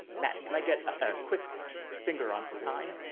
matt and i get a quick finger on time.